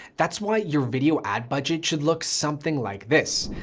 that's why your video ad budget should look something like this,